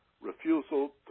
refusal